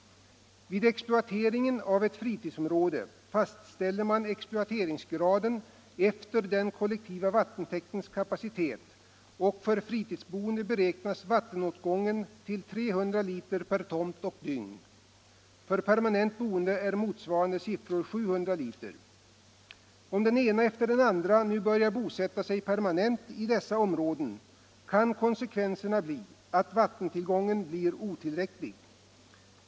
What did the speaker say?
Vid exploateringen av ett fritidsområde fastställer man exploateringsgraden efter den kollektiva vattentäktens kapacitet, och för fritidsboende beräknas vattenåtgången till 3001 per tomt och dygn. För permanent boende är motsvarande siffror 700 1. Om den ena efter den andra nu börjar bosätta sig permanent i dessa områden, kan konsekvenserna bli att vattentillgången blir otillräcklig.